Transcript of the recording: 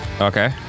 Okay